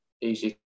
easy